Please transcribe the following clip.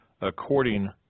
according